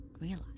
realize